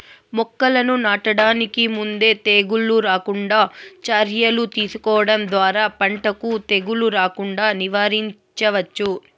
మొక్కలను నాటడానికి ముందే తెగుళ్ళు రాకుండా చర్యలు తీసుకోవడం ద్వారా పంటకు తెగులు రాకుండా నివారించవచ్చు